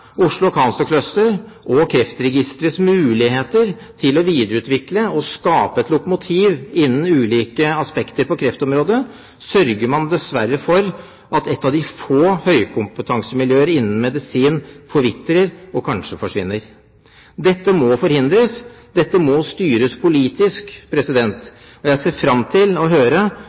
Oslo Cancer Cluster og Kreftregisterets muligheter til å videreutvikle og skape et lokomotiv innen ulike aspekter på kreftområdet, sørger man dessverre for at et av de få høykompetansemiljøer innen medisin forvitrer, og kanskje forsvinner. Dette må forhindres, dette må styres politisk. Jeg ser fram til å høre